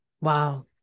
Wow